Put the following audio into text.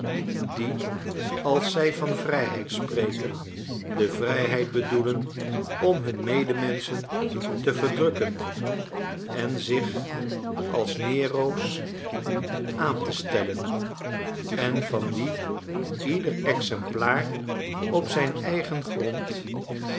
die als zij van vrijheid spreken de vrijheid bedoelen om hun medemenschen te verdrukken en zich als nero's aan te stellen en van wie ieder exemplaar op zijn eigen grond